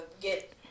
get